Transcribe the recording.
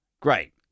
great